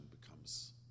becomes